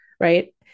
right